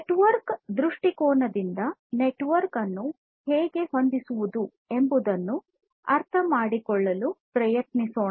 network ದೃಷ್ಟಿಕೋನದಿಂದ network ಅನ್ನು ಹೇಗೆ ಹೊಂದಿಸುವುದು ಎಂಬುದನ್ನು ಅರ್ಥಮಾಡಿಕೊಳ್ಳಲು ಪ್ರಯತ್ನಿಸೋಣ